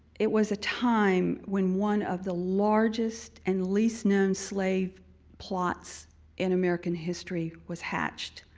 it was a time when one of the largest and least known slave plots in american history was hatched,